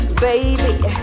Baby